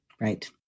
Right